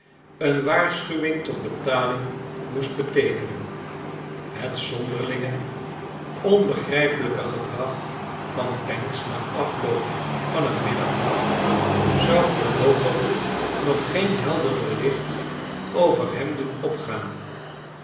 een waarschuwing tot betaling moest beteekenen het zonderlinge onbegrijpelijke gedrag van pancks na afloop van het middagmaal zou voorloopig nog geen helderdor iicht over hem doen opgaan